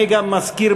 אני גם מזכיר,